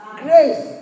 grace